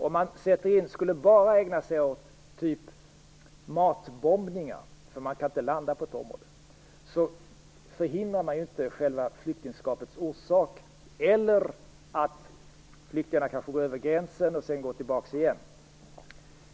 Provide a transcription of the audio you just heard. Om man bara skulle ägna sig åt matbombningar, eftersom man inte kan landa på ett område, förhindrar man ju inte själva flyktingskapets orsak eller att flyktingarna kanske går över gränsen och sedan går tillbaka igen.